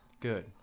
Good